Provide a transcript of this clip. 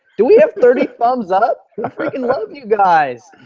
do we have thirty thumbs up? i freaking love you guys!